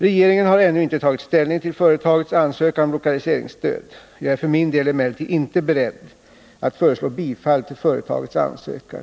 Regeringen har ännu inte tagit ställning till företagets ansökan om lokaliseringsstöd. Jag är för min del emellertid inte beredd att föreslå bifall till företagets ansökan.